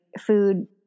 food